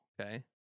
Okay